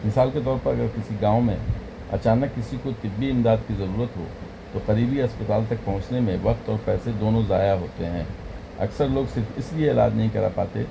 مثال کے طور پر اگر کسی گاؤں میں اچانک کسی کو طبی امداد کی ضرورت ہو تو قریبی اسپتال تک پہنچنے میں وقت اور پیسے دونوں ضائع ہوتے ہیں اکثر لوگ صرف اس لیے علاج نہیں کرا پاتے